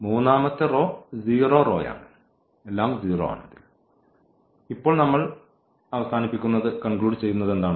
മൂന്നാമത്തെ റോ 0 റോയാണ് ഇപ്പോൾ നമ്മൾ അവസാനിപ്പിക്കുന്നത് എന്താണ്